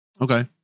okay